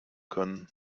können